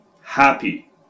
happy